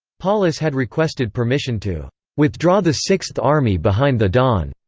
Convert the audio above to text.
paulus had requested permission to withdraw the sixth army behind the don,